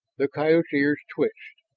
the coyote's ears twitched,